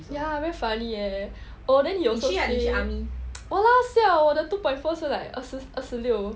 ya very funny leh oh then !walao! siao 我的 two point four 是来二十六